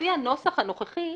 לפי הנוסח הנוכחי,